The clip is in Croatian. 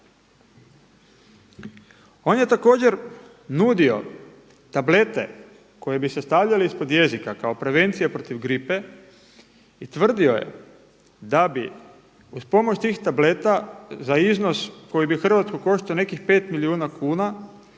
On je također nudio tablete koje bi se stavljale ispod jezika kao prevencija protiv gripe i tvrdio je da bi uz pomoć tih tableta za iznos koji bi Hrvatsku koštao nekih 5 milijuna kuna